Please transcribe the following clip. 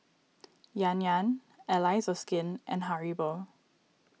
Yan Yan Allies so Skin and Haribo